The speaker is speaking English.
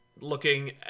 looking